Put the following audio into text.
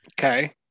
Okay